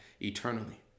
eternally